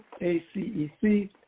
ACEC